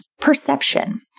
perception